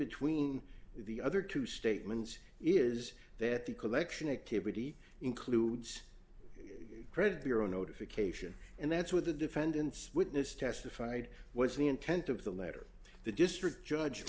between the other two statements is that the collection activity includes credit bureau notification and that's what the defendant's witness testified was the intent of the letter the district judge